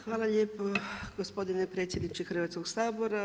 Hvala lijepo gospodine predsjedniče Hrvatskog sabora.